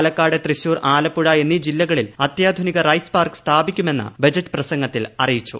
പാലക്കാട് തൃശൂർ ആലപ്പുഴ എന്നീ ജില്ലകളിൽ അത്യാധുനിക റൈസ് പാർക്ക് സ്ഥാപിക്കുമെന്ന് ബജറ്റ് പ്രസംഗത്തിൽ അറിയിച്ചു